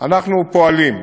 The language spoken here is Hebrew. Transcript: אנחנו פועלים.